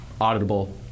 auditable